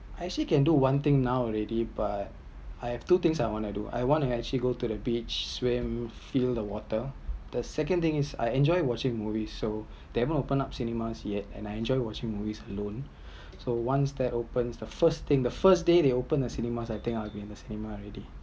I actually can do one thing now already but I’ve two things I want to do I want actually go to the beach swim feel the water the second thing is I enjoy watching movie so they haven't open cinema yet and I enjoy watching movie alone so once that open the first thing the first day they open the cinema I think I’ll been in the cinema already